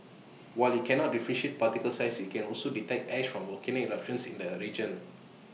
while IT cannot differentiate particle size IT can also detect ash from volcanic eruptions in the A region